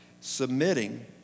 submitting